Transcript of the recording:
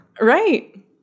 Right